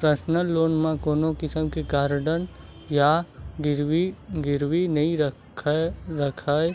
personal loan म कोनो किसम के गारंटर या गिरवी नइ राखय